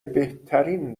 بهترین